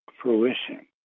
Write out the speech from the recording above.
Fruition